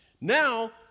Now